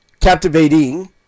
captivating